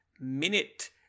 Minute